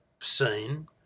scene